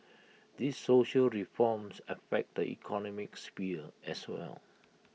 these social reforms affect the economic sphere as well